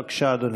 בבקשה, אדוני,